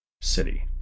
city